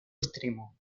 extremo